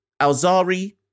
Alzari